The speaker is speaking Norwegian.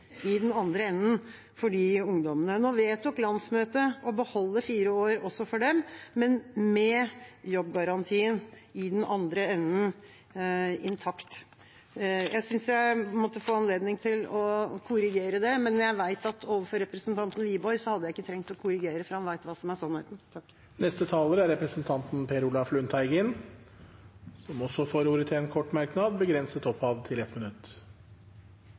i den andre enden for de ungdommene. Nå vedtok landsmøtet å beholde fire år også for dem, men med jobbgarantien i den andre enden intakt. Jeg synes jeg måtte få anledning til å korrigere det, men jeg vet at overfor representanten Wiborg hadde jeg ikke trengt å korrigere det, for han vet hva som er sannheten. Representanten Per Olaf Lundteigen har også hatt ordet to ganger tidligere og får ordet til en kort merknad, begrenset til 1 minutt.